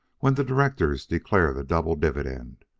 when the directors declare the double dividend.